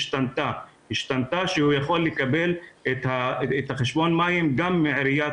שהוא יכול לקבל את החשבון מים גם מעיריית